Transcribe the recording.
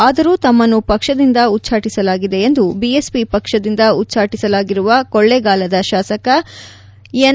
ಆದರೂ ತಮ್ನನ್ನು ಪಕ್ಷದಿಂದ ಉಚ್ಚಾಟಿಸಲಾಗಿದೆ ಎಂದು ಬಿಎಸ್ಸಿ ಪಕ್ಷದಿಂದ ಉಚ್ಚಾಟಿಸಲಾಗಿರುವ ಕೊಳ್ಳೇಗಾಲ ಶಾಸಕ ಎನ್